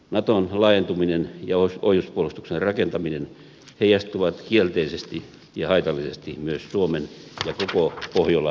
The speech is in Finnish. naton laajentuminen ja ohjuspuolustuksen rakentaminen heijastuvat kielteisesti ja haitallisesti myös suomen ja koko pohjolan turvallisuustilanteeseen